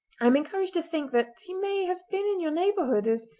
i am encouraged to think that he may have been in your neighbourhood as,